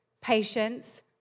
patience